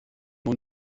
nur